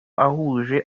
ahuje